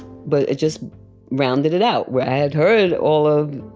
but it just rounded it out where i had heard all of,